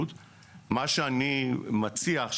מותו ולא השאיר אחריו הסכמה ברורה או הוראות מה ייעשה בו,